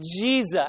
Jesus